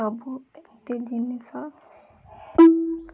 ସବୁ ଏମିତି ଜିନିଷ